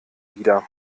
wieder